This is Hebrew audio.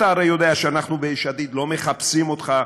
אתה הרי יודע שאנחנו ביש עתיד לא מחפשים אותך,